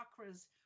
chakras